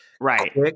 right